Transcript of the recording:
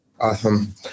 Awesome